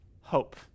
hope